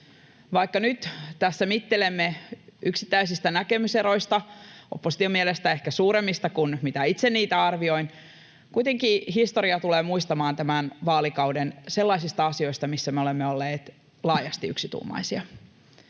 Vaikka nyt tässä mittelemme yksittäisistä näkemyseroista, opposition mielestä ehkä suuremmista kuin miten itse niitä arvioin, kuitenkin historia tulee muistamaan tämän vaalikauden sellaisista asioista, missä me olemme olleet laajasti yksituumaisia.